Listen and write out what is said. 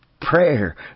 prayer